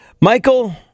Michael